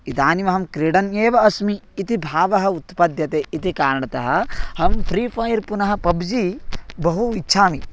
इदानीमहं क्रीडन् एव अस्मि इति भावः उत्पद्यते इति कारणतः अहं फ़्री फ़ैर् पुनः पब्जि बहु इच्छामि